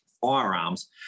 firearms